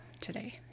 today